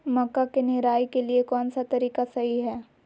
मक्का के निराई के लिए कौन सा तरीका सही है?